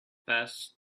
best